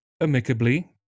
amicably